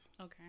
Okay